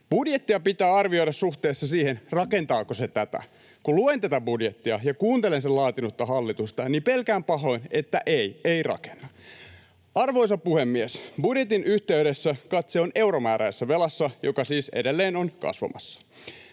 Budjettia pitää arvioida suhteessa siihen, rakentaako se tätä. Kun luen tätä budjettia ja kuuntelen sen laatinutta hallitusta, niin pelkään pahoin, että ei, ei rakenna. Arvoisa puhemies! Budjetin yhteydessä katse on euromääräisessä velassa, joka siis edelleen on kasvamassa.